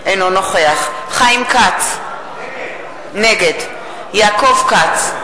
אינו נוכח חיים כץ, נגד יעקב כץ,